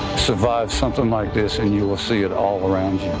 survive something like this, and you will see it all around